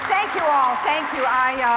thank you all, thank you. i,